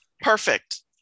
Perfect